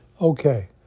Okay